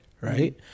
right